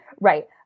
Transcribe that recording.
right